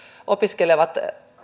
opiskelevat